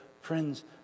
Friends